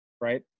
right